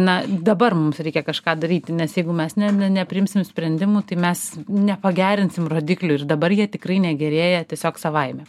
na dabar mums reikia kažką daryti nes jeigu mes ne ne nepriimsim sprendimų tai mes nepagerinsim rodiklių ir dabar jie tikrai negerėja tiesiog savaime